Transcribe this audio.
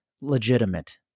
legitimate